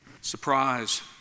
Surprise